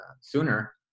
sooner